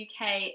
uk